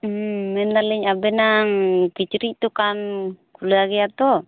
ᱢᱮᱱᱮᱫᱟᱞᱤᱧ ᱟᱵᱮᱱᱟᱱᱟᱜ ᱠᱤᱪᱨᱤᱡ ᱫᱚᱠᱟᱱ ᱠᱷᱩᱞᱟᱹᱣ ᱜᱮᱭᱟ ᱛᱳ